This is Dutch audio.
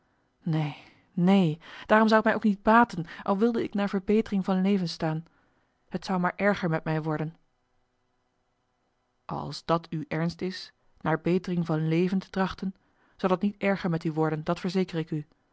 neen neen daarom zou het mij ook niet baten al wilde ik naar betering van leven staan het zou maar erger met mij worden als dat u ernst is naar betering van leven te trachten zal het niet erger met u worden dat verzeker ik u